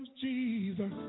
Jesus